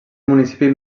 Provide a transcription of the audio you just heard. municipi